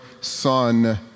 Son